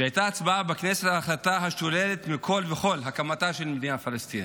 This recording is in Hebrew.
כשהייתה הצבעה בכנסת, החלטה השוללת מכול וכול הקמתה של מדינה פלסטינית.